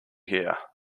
here